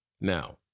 Now